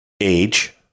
age